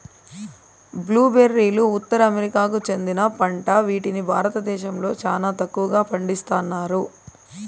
blue బెర్రీలు ఉత్తర అమెరికాకు చెందిన పంట వీటిని భారతదేశంలో చానా తక్కువగా పండిస్తన్నారు